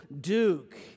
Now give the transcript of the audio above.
Duke